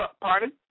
Pardon